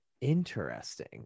Interesting